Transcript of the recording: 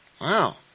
Wow